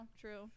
True